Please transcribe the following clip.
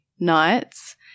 nights